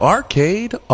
Arcade